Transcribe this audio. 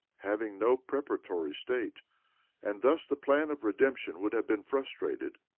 having no preparatory state and thus the plan of redemption would have been frustrated,